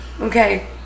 Okay